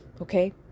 Okay